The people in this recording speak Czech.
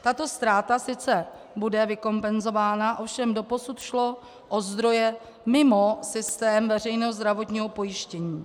Tato ztráta sice bude vykompenzována, ovšem doposud šlo o zdroje mimo systém veřejného zdravotního pojištění.